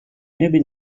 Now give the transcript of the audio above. maybe